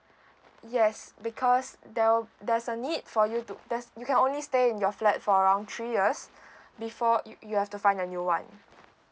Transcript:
yes because there'll there's a need for you to there's you can only stay in your flat for around three years before you have to find a new one